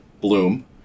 bloom